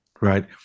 Right